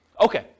Okay